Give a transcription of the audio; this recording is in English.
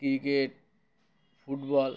cricket football